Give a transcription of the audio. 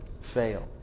fail